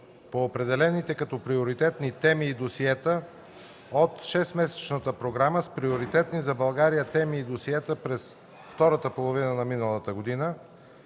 по определените като приоритетни теми и досиета от шестмесечната програма с приоритетни за България теми и досиета през втората половина на миналата година,